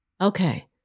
Okay